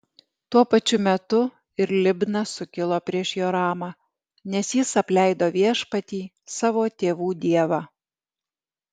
tuo pačiu metu ir libna sukilo prieš joramą nes jis apleido viešpatį savo tėvų dievą